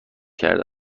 کرده